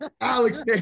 Alex